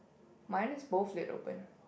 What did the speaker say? mine is both lid open